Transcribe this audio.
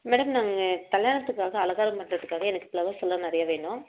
madam நாங்கள் கல்யாணத்துக்காக அலங்காரம் பண்ணுறத்துக்காக எனக்கு ஃப்ளவர்ஸ் எல்லாம் நிறைய வேணும்